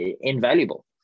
invaluable